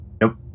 Nope